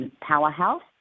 powerhouse